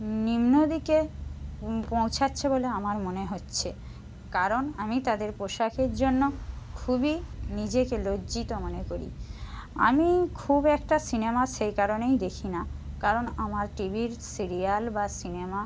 নিম্ন দিকে পৌঁছাচ্ছে বলে আমার মনে হচ্ছে কারণ আমি তাদের পোশাকের জন্য খুবই নিজেকে লজ্জিত মনে করি আমি খুব একটা সিনেমা সেই কারণেই দেখি না কারণ আমার টি ভির সিরিয়াল বা সিনেমা